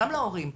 גם להורים,